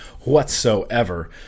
whatsoever